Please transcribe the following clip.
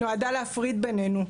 נועדה להפריד ביננו,